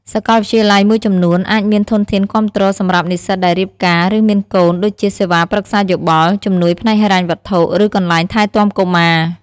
សាកលវិទ្យាល័យមួយចំនួនអាចមានធនធានគាំទ្រសម្រាប់និស្សិតដែលរៀបការ ឬមានកូន ដូចជាសេវាប្រឹក្សាយោបល់ ជំនួយផ្នែកហិរញ្ញវត្ថុ ឬកន្លែងថែទាំកុមារ។